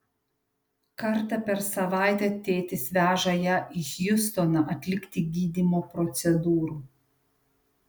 kartą per savaitę tėtis veža ją į hjustoną atlikti gydymo procedūrų